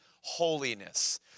holiness